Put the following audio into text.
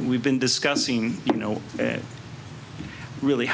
we've been discussing you know really